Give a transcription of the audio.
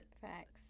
Facts